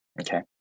okay